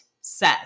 says